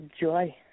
joy